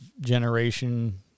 generation